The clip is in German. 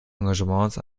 engagements